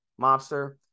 mobster